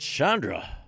Chandra